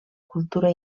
cultura